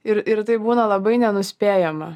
ir ir tai būna labai nenuspėjama